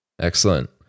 Excellent